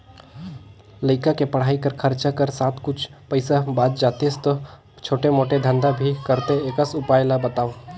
लइका के पढ़ाई कर खरचा कर साथ कुछ पईसा बाच जातिस तो छोटे मोटे धंधा भी करते एकस उपाय ला बताव?